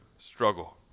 struggle